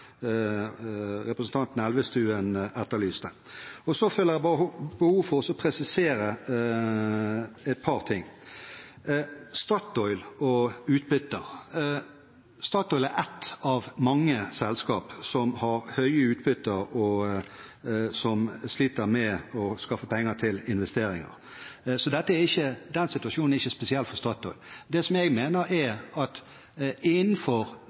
representanten Elvestuen etterlyste. Så føler jeg behov for å presisere et par ting – først til Statoil og utbytter. Statoil er et av mange selskaper som har høye utbytter, og som sliter med å skaffe penger til investeringer, så den situasjonen er ikke spesiell for Statoil. Det jeg mener, er at innenfor